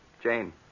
Jane